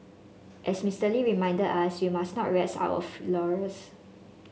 as Mister Lee reminded us we must not rest on our laurels